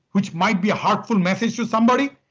which might be a heartfelt message to somebody,